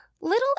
little